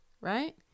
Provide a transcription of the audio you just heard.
right